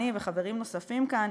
אני וחברים נוספים כאן,